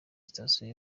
sitasiyo